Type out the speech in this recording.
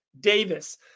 Davis